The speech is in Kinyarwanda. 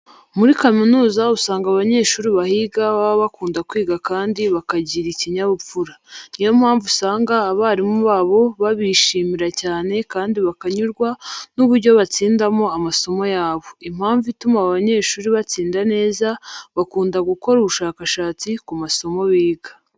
Muri kaminuza usanga abanyeshuri bahiga baba bakunda kwiga kandi bakagira ikinyabupfura. Ni yo mpamvu usanga abarimu babo babishimira cyane kandi bakanyurwa n'uburyo batsindamo amasomo yabo. Impamvu ituma aba banyeshuri batsinda neza, bakunda gukora ubushakashatsi ku masomo biga.